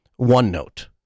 OneNote